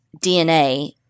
DNA